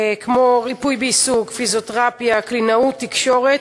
כמו ריפוי בעיסוק, פיזיותרפיה, קלינאות תקשורת,